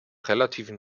relativen